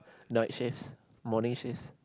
night shifts morning shifts